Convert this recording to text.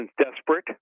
desperate